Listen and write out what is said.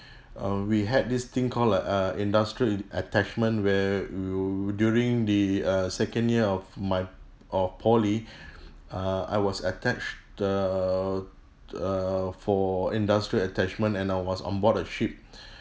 uh we had this thing call uh a industrial attachment where you during the uh second year of my of poly uh I was attached the err for industrial attachment and I was on board a ship